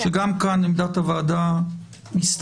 גם כאן עמדת הוועדה מסתמנת.